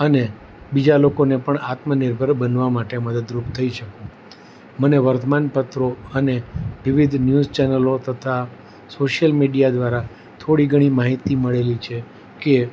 અને બીજા લોકોને પણ આત્મનિર્ભર બનાવા માટે મદદરૂપ થઈ શકું મને વર્તમાનપત્રો અને વિવિધ ન્યૂઝ ચેનલો તથા સોશ્યલ મીડિયા દ્વારા થોડી ઘણી માહિતી મળેલી છે કે